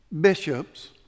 Bishops